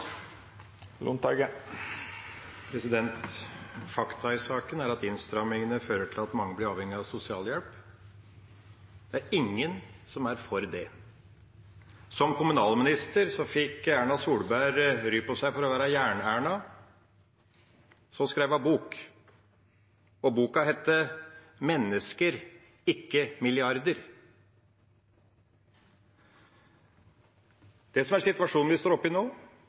Fakta i saken er at innstramningene fører til at mange blir avhengige av sosialhjelp. Det er ingen som er for det. Som kommunalminister fikk Erna Solberg ry på seg for å være Jern-Erna. Så skrev hun bok, og boken het «Mennesker, ikke milliarder». Situasjonen vi står oppe i nå,